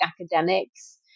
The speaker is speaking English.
academics